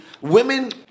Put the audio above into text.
Women